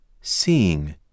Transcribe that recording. Seeing